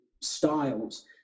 styles